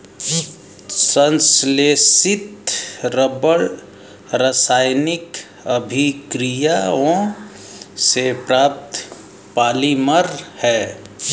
संश्लेषित रबर रासायनिक अभिक्रियाओं से प्राप्त पॉलिमर है